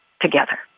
together